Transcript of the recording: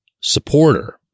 supporter